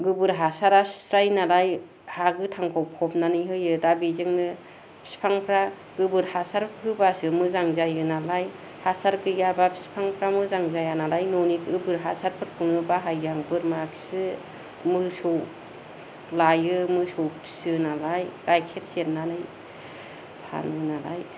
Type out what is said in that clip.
गोबोर हासारा सुस्रायो नालाय हा गोथांखौ फबनानै होयो दा बेजोंनो बिफांफ्रा गोबोर हासार होब्लासो मोजां जायो नालाय हासार गैयाब्ला बिफांफ्रा मोजां जाया नालाय न'नि गोबोर हासारफोरखौनो बाहायो आं बोरमाखि मोसौ लायो मोसौ फियो नालाय गाइखेर सेरनानै फानो नालाय